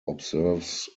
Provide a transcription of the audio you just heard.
observes